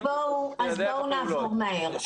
אז בואו נעבור מהר.